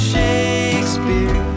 Shakespeare